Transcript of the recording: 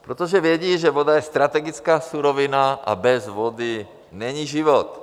Protože vědí, že voda je strategická surovina a bez vody není život.